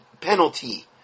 penalty